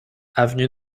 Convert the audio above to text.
avenue